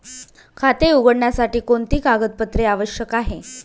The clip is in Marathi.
खाते उघडण्यासाठी कोणती कागदपत्रे आवश्यक आहे?